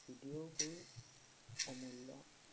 ভিডিঅ'বোৰ অমূল্য